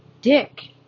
dick